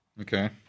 Okay